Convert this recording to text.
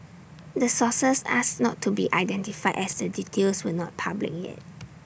the sources asked not to be identified as the details were not public yet